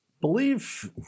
believe